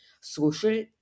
social